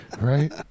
right